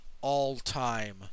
all-time